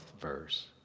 verse